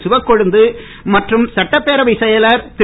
சிவக்கொழுந்து மற்றும் சட்டப்பேரவைச் செயலர் திரு